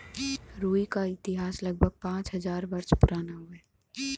रुई क इतिहास लगभग पाँच हज़ार वर्ष पुराना हउवे